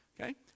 okay